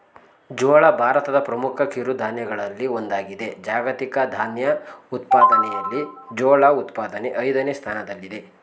ಜೋಳ ಭಾರತದ ಪ್ರಮುಖ ಕಿರುಧಾನ್ಯಗಳಲ್ಲಿ ಒಂದಾಗಿದೆ ಜಾಗತಿಕ ಧಾನ್ಯ ಉತ್ಪಾದನೆಯಲ್ಲಿ ಜೋಳ ಉತ್ಪಾದನೆ ಐದನೇ ಸ್ಥಾನದಲ್ಲಿದೆ